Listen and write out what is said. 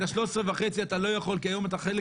את ה-13,500 אתה לא יכול כי היום אתה חלק